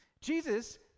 Jesus